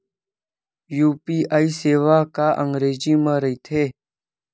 UPI सेवा का अंग्रेजी मा रहीथे?